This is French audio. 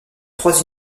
trois